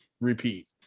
Repeat